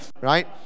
Right